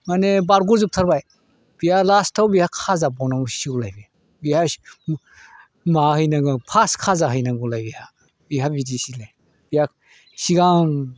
माने बारग'जोबथारबाय बिहा लास्टआव बिहा खाजाबावनांसिगौलाय बिहा माबाहैनांगौ फार्स्ट खाजाहैनांगौलायो बेहा बिदिसोलाय बेहा सिगां